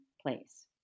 place